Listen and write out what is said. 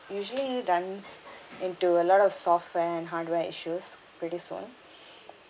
usually runs into a lot of software and hardware issues pretty soon